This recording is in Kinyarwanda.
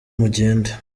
mugende